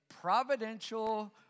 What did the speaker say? providential